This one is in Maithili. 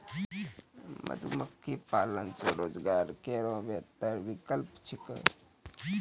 मधुमक्खी पालन स्वरोजगार केरो बेहतर विकल्प छिकै